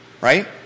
Right